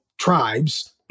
tribes